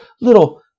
little